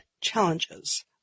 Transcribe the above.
challenges